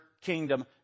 kingdom